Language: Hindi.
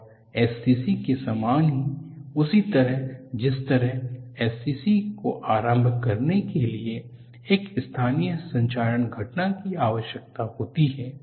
और SCC के समान ही उसी तरह जिस तरह SCC को आरंभ करने के लिए एक स्थानीय संक्षारण घटना की आवश्यकता होती है